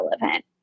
relevant